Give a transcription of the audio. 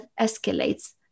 escalates